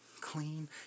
clean